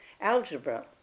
algebra